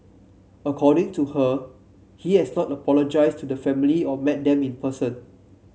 according to her he has not apologised to the family or met them in person